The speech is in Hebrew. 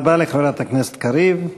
תודה רבה לחברת הכנסת קריב.